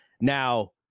Now